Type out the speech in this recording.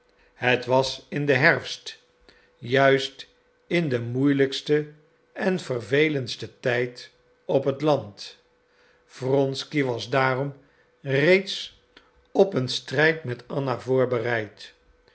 het was in den herfst juist in den moeielijksten en vervelendsten tijd op het land wronsky was daarom reeds op een strijd met anna voorbereid